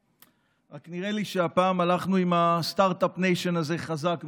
רק נראה לי שהפעם הלכנו עם הסטרטאפ ניישן הזה חזק מדי.